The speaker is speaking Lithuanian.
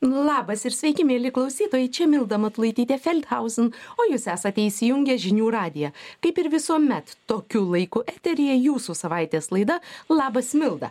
labas ir sveiki mieli klausytojai čia milda matulaitytė felthauzn o jūs esate įsijungę žinių radiją kaip ir visuomet tokiu laiku eteryje jūsų savaitės laida labas milda